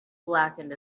blackened